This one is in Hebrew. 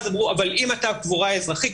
אמרו: אם אתה קבורה אזרחית,